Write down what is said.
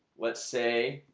let's say